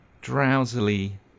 drowsily